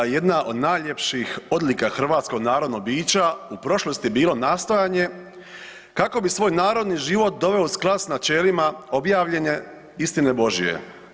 jedna od najljepših odlika hrvatskog narodnog bića u prošlosti bilo nastojanje kako bi svoj narodni život doveo u sklad s načelima objavljene istine božje.